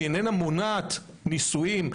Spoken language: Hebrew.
היא איננה מונעת נישואים,